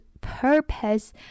purpose